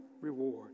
reward